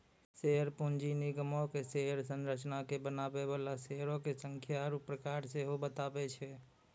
share पूंजी निगमो के शेयर संरचना के बनाबै बाला शेयरो के संख्या आरु प्रकार सेहो बताबै छै